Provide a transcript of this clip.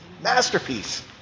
Masterpiece